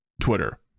Twitter